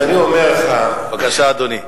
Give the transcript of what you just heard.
בבקשה, אדוני.